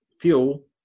fuel